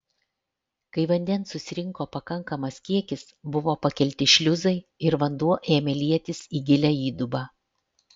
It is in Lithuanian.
kai vandens susirinko pakankamas kiekis buvo pakelti šliuzai ir vanduo ėmė lietis į gilią įdubą